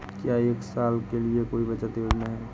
क्या एक साल के लिए कोई बचत योजना है?